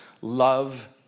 love